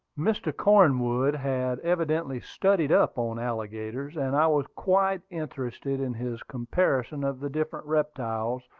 mr. cornwood had evidently studied up on alligators and i was quite interested in his comparison of the different reptiles,